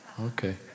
Okay